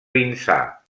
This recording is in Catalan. vinçà